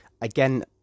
Again